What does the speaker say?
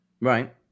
right